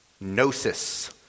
Gnosis